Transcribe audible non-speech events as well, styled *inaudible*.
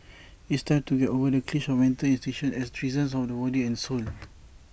*noise* it's time to get over the cliche of mental institutions as prisons of the body and soul